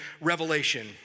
revelation